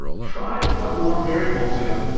try to put more variables in,